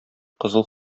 кызыл